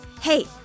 Hey